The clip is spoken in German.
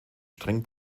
streng